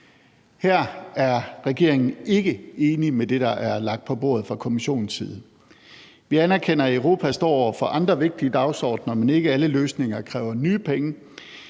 Her er regeringen ikke enig i det, der er lagt på bordet fra Kommissionens side. Vi anerkender, at Europa står over for andre vigtige dagsordener, men ikke alle løsninger kræver nye penge.